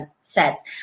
sets